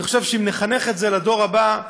אני חושב שאם נחנך את הדור הבא,